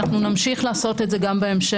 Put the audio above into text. אנחנו נמשיך לעשות את זה גם בהמשך.